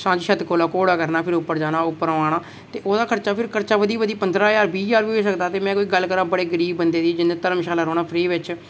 सांझीछत परा घोड़ा करना ते उप्परा ते ओह्दा खर्चा करी करी भी पंदरां बीह् ज्हार बी होई सकदा ते में गल्ल करां भी गरीब बंदे दी ते इन्ने धर्मशाला बिच फ्री रौह्ना